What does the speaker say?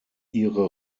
ihre